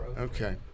Okay